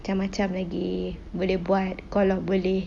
macam-macam lagi boleh buat kalau boleh